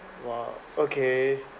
!wah! okay